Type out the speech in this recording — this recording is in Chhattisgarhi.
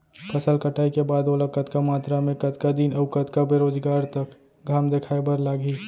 फसल कटाई के बाद ओला कतका मात्रा मे, कतका दिन अऊ कतका बेरोजगार तक घाम दिखाए बर लागही?